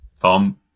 Tom